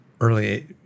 early